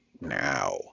now